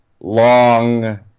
long